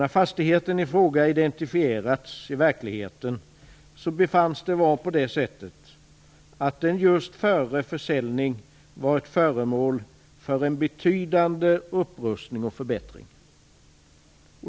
När fastigheten i fråga identifierats i verkligheten befanns det vara på det sättet, att fastigheten just före försäljning varit föremål för en betydande upprustning och förbättring.